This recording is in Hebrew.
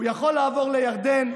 הוא יכול לעבור לירדן,